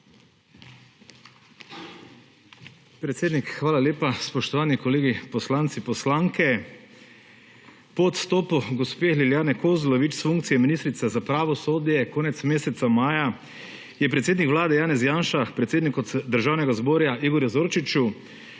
hvala lepa. Spoštovani kolegi poslanci, poslanke! Po odstopu gospe Lilijane Kozlovič s funkcije ministrice za pravosodje konec meseca maja je predsednik Vlade Janez Janša predsedniku Državnega zbora Igorju Zorčiču